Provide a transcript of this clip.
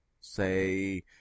say